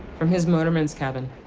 from his motorman's cabin,